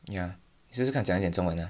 ya 试试看讲一点中文 ah